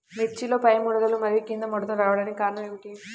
మిర్చిలో పైముడతలు మరియు క్రింది ముడతలు రావడానికి కారణం ఏమిటి?